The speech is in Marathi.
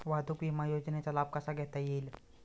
वाहतूक विमा योजनेचा लाभ कसा घेता येईल?